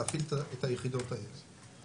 להפעיל את היחידות האלה.